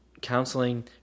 counseling